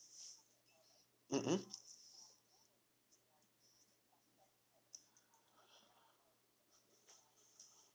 mmhmm